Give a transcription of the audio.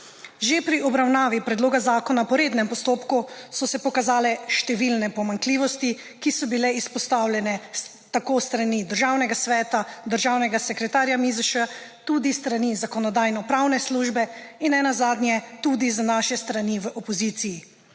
Že pri obravnavi predloga zakona po rednem postopku so se pokazale številne pomanjkljivosti, ki so bile izpostavljene tako s strani Državnega sveta, državnega sekretarja MIZŠ, tudi s strani Zakonodajno-pravne službe in nenazadnje tudi z naše strani v opoziciji.